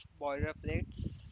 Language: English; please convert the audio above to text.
boilerplates